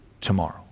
tomorrow